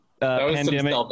pandemic